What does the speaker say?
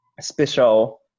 special